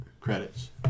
Credits